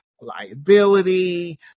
liability